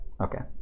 Okay